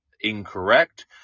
incorrect